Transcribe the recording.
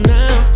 now